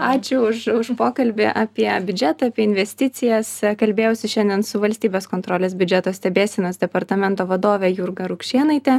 ačiū už už pokalbį apie biudžetą apie investicijas kalbėjausi šiandien su valstybės kontrolės biudžeto stebėsenos departamento vadove jurga rukšėnaite